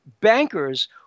bankers